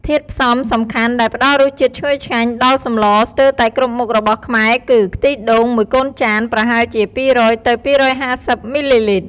ធាតុផ្សំសំខាន់ដែលផ្ដល់រសជាតិឈ្ងុយឆ្ងាញ់ដល់សម្លស្ទើរតែគ្រប់មុខរបស់ខ្មែរគឺ ខ្ទិះដូងមួយកូនចាន ប្រហែលជា ២០០ ទៅ ២៥០ មីលីលីត្រ។